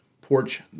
porch